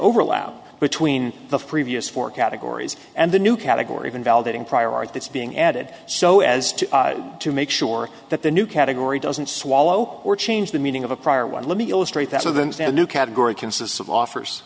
overlap between the previous four categories and the new category of invalidating prior art that's being added so as to to make sure that the new category doesn't swallow or change the meaning of a prior one let me illustrate that with and a new category consists of offers